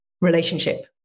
relationship